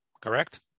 Correct